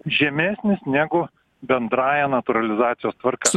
žemesnis negu bendrąja natūralizacijos tvarka